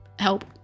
help